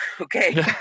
okay